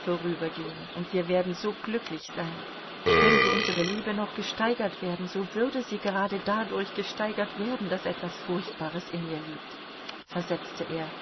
vorübergehen und wir werden so glücklich sein könnte unsere liebe noch gesteigert werden so würde sie gerade dadurch gesteigert werden daß etwas furchtbares in ihr liegt versetzte er